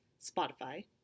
Spotify